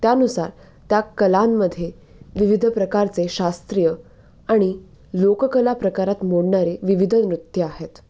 त्यानुसार त्या कलांमध्ये विविध प्रकारचे शास्त्रीय आणि लोककला प्रकारात मोडणारे विविध नृत्य आहेत